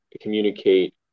communicate